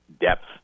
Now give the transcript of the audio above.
depth